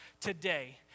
today